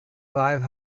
five